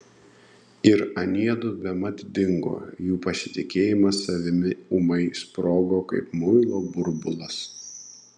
ir aniedu bemat dingo jų pasitikėjimas savimi ūmai sprogo kaip muilo burbulas